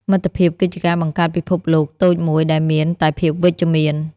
មិត្តភាពគឺជាការបង្កើតពិភពលោកតូចមួយដែលមានតែភាពវិជ្ជមាន។